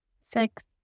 Six